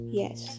yes